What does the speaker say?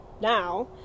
now